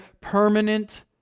permanent